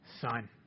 son